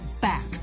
back